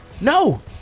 No